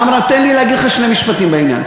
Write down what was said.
עמרם, תן לי להגיד לך שני משפטים בעניין.